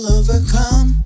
overcome